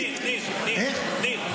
ניר, ניר.